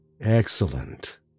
Excellent